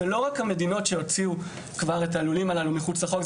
זה לא רק המדינות שהוציאו את הלולים הללו מחוץ לחוק,